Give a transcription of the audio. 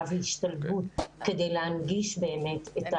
והשתלבות כדי להנגיש את הלמידה הזאת.